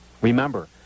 Remember